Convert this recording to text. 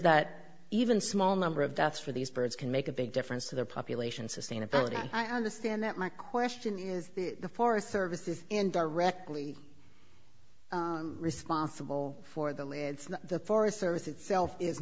that even small number of deaths for these birds can make a big difference to their population sustainability i understand that my question is the forest service is directly responsible for the lead the forest service itself is